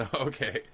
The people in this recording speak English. okay